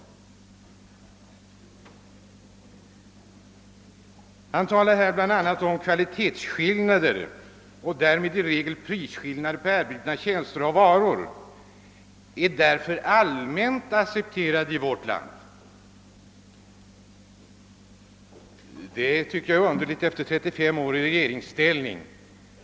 Statsrådet säger i svaret: »Kvalitetsskillnader och därmed i regel prisskillnader på erbjudna tjänster och varor är därför allmänt accepterade företeelser.» Att så faktiskt är förhållandet tycker jag är underligt när socialdemokraterna varit i regeringsställning i 35 år.